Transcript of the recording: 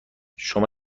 شما